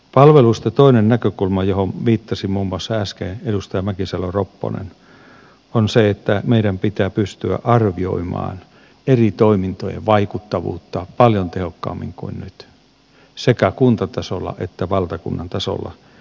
palveluista toinen näkökulma johon viittasi muun muassa äsken edustaja mäkisalo ropponen on se että meidän pitää pystyä arvioimaan eri toimintojen vaikuttavuutta paljon tehokkaammin kuin nyt sekä kuntatasolla että valtakunnan tasolla